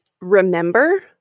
remember